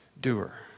doer